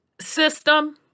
system